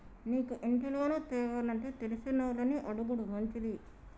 నీకు ఇంటి లోను తేవానంటే తెలిసినోళ్లని అడుగుడు మంచిది